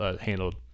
handled